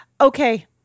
Okay